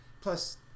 plus